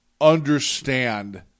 understand